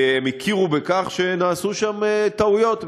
הם הכירו בכך שנעשו שם טעויות,